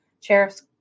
Sheriff's